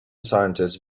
scientist